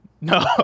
No